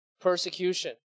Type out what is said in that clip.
persecution